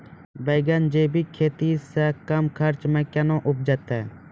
बैंगन जैविक खेती से कम खर्च मे कैना उपजते?